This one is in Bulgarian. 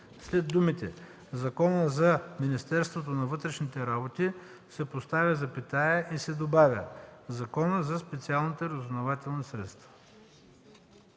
след думите „Закона за Министерството на вътрешните работи” се поставя запетая и се добавя „Закона за специалните разузнавателни средства”.